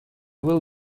will